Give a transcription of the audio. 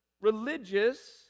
religious